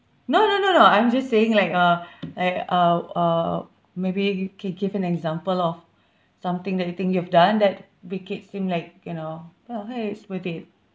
no no no no I'm just saying like uh like uh uh maybe you can give an example of something that you think you've done that make it seem like you know well !hey! it's worth it